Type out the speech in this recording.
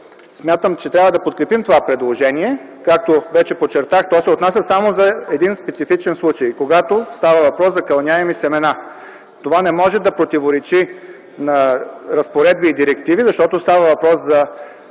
смятам, че трябва да подкрепим това предложение. Както вече подчертах, то се отнася само за един специфичен случай, когато става въпрос за кълняеми семена. Това не може да противоречи на разпоредби и директиви, защото става въпрос за